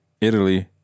italy